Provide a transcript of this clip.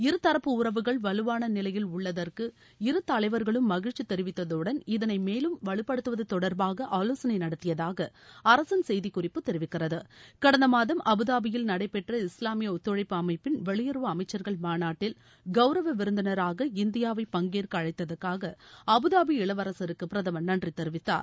இருதரப்பு உறவுகள் வலுவான நிலையில் உள்ளதற்கு இரு தலைவர்களும் மகிழ்ச்சி தெரிவித்ததுடன் இதனை மேலும் வலுப்படுத்து தொடர்பாக ஆலோசனை நடத்தியதாக அரசின் செய்திக் குறிப்பு தெரிவிக்கிறது கடந்த மாதம் அபுதாபியில் நடைபெற்ற இஸ்லாமிய ஒத்துழைப்பு அமைப்பின் வெளியுறவு அமைச்சர்கள் மாநாட்டில் கவுரவ விருந்தினராக இந்தியாவை பங்கேற்க அழைத்ததாக அபுதாபி இளவரசருக்கு பிரதமர் நன்றி தெரிவித்தார்